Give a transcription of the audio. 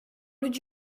did